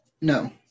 No